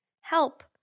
Help